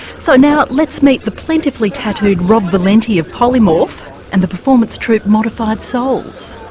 so now let's meet the plentifully tattooed rob valenti of polymorph and the performance troupe modified souls.